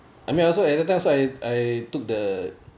I mean I also at the time also I I took the